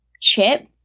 chip